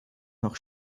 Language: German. noch